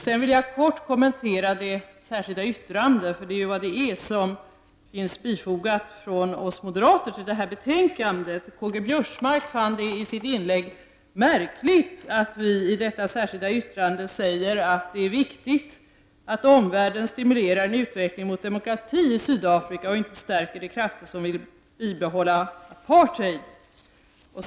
Sedan vill jag kort kommentera det särskilda yttrande, för det är ju vad det är, som av oss moderater fogats till detta betänkande. Karl-Göran Biörsmark fann det i sitt inlägg märkligt att vi i detta särskilda yttrande säger att det är viktigt att omvärlden stimulerar en utveckling mot demokrati i Sydafrika och inte stärker de krafter som vill behålla apartheid.